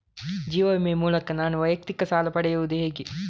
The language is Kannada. ಜೀವ ವಿಮೆ ಮೂಲಕ ನಾನು ವೈಯಕ್ತಿಕ ಸಾಲ ಪಡೆಯುದು ಹೇಗೆ?